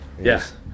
Yes